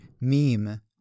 meme